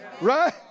right